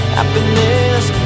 Happiness